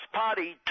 party